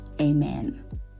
Amen